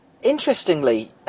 interestingly